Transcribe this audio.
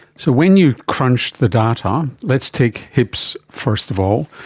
so when you crunched the data, let's take hips first of all,